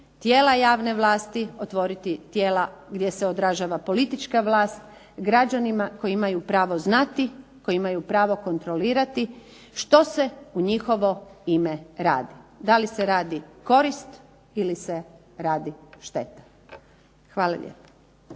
tijela javne vlasti, otvoriti tijela gdje se odražava politička vlast građanima koji imaju pravo znati, koji imaju pravo kontrolirati što se u njihovo ime radi, da li se radi korist ili se radi šteta. Hvala lijepo.